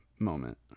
moment